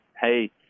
Hey